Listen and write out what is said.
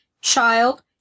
child